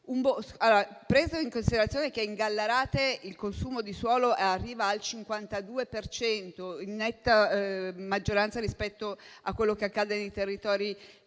Allora, considerato che in Gallarate il consumo di suolo arriva al 52 per cento, in netta maggioranza rispetto a quello che accade nei territori